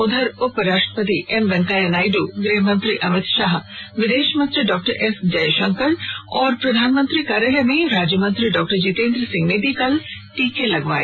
उधर उप राष्ट्रपतिएम वेंकैया नायडू गृहमंत्री अमित शाह विदेशमंत्री डॉक्टर एस जयशंकर और प्रधानमंत्री कार्यालय मे राज्यमंत्री डॉक्टर जितेंद्र सिंह ने भी कल टीके लगवाए